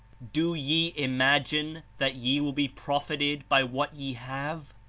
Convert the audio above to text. do ye imagine that ye will be profited by what ye have?